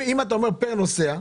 כשאתה נותן לו פר נוסע,